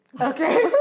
Okay